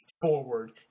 forward